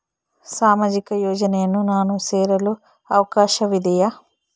ಸಾಮಾಜಿಕ ಯೋಜನೆಯನ್ನು ನಾನು ಸೇರಲು ಅವಕಾಶವಿದೆಯಾ?